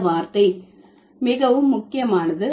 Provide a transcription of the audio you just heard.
இந்த வார்த்தை மிகவும் முக்கியமானது